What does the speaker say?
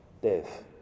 Death